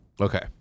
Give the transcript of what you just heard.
Okay